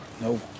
No